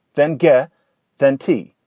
then get then t.